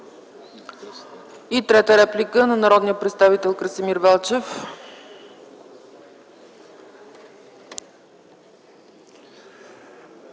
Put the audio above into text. И трета реплика – на народния представител Красимир Велчев.